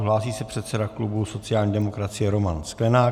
Hlásí se předseda klubu sociální demokracie Roman Sklenák.